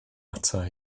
ata